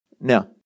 now